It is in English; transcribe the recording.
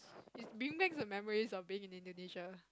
it bring back the memories of being in Indonesia